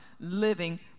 living